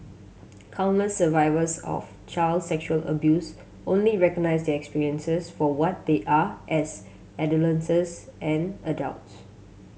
countless survivors of child sexual abuse only recognise their experiences for what they are as adolescence and adults